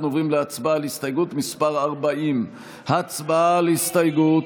אנחנו עוברים להצבעה על הסתייגות מס' 40. הצבעה על ההסתייגות.